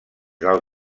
del